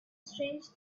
strange